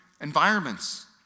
environments